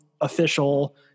official